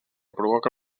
provoca